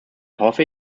hoffe